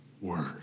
Word